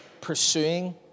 pursuing